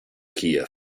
kiev